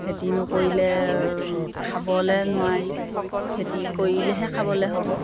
খেতি নকৰিলে খাবলৈ নোৱাৰি খেতি কৰিলেহে খাবলৈ হ'ব